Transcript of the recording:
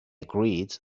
agreed